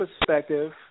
perspective